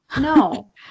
No